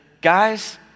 guys